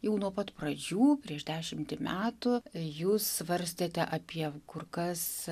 jau nuo pat pradžių prieš dešimtį metų jūs svarstėte apie kur kas